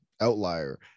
outlier